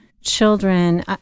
children